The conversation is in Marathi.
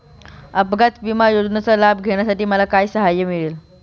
अपघात विमा योजनेचा लाभ घेण्यासाठी मला काय सहाय्य मिळेल?